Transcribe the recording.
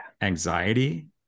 anxiety